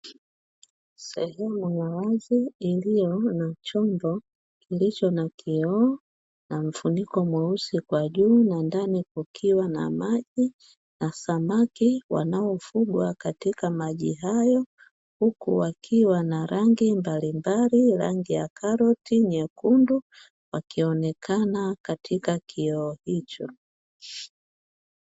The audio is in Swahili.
Sehemu ya wazi iliyo na chombo kilicho na kioo na mfuniko mweusi kwa juu, na ndani kukiwa na maji na samaki wanaofugwa katika maji hayo, huku wakiwa na rangi mbalimbali rangi ya karoti, nyekundu, wakionekana katika kioo hicho.